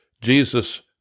Jesus